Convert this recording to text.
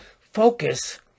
focus